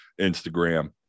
Instagram